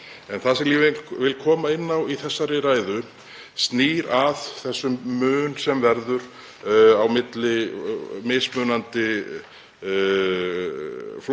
Það sem ég vil koma inn á í þessari ræðu snýr að þeim mun sem verður á milli mismunandi flokka